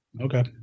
Okay